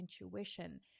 intuition